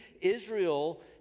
Israel